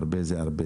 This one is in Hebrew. ילדים.